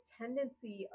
tendency